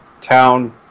town